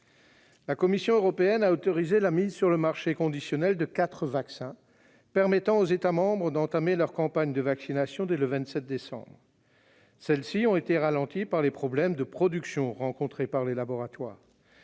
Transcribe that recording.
La Commission européenne a autorisé la mise sur le marché conditionnelle de quatre vaccins, permettant aux États membres d'entamer leurs campagnes de vaccination dès le 27 décembre. Celles-ci ont été ralenties par les problèmes de production rencontrés par les laboratoires.